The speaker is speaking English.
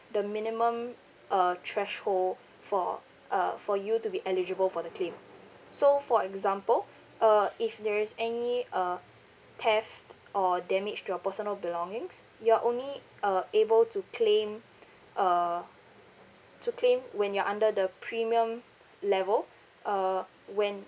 the minimum uh threshold for uh for you to be eligible for the claim so for example uh if there is any uh theft or damage to your personal belongings you are only uh able to claim uh to claim when you are under the premium level uh when